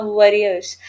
warriors